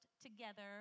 together